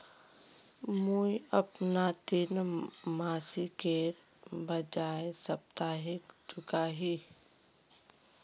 मुईअपना ऋण मासिकेर बजाय साप्ताहिक चुका ही